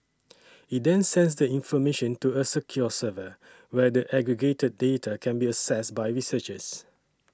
it then sends the information to a secure server where the aggregated data can be accessed by researchers